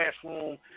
classroom